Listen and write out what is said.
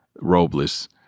Robles